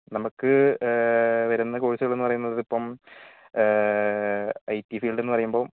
നമ്മൾക്ക് വരുന്ന കോഴ്സുകളെന്ന് പറയുന്നത് ഇപ്പം ഐ ടി ഫീൽഡ് എന്നു പറയുമ്പോൾ